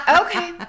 Okay